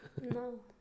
No